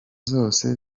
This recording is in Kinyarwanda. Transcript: zose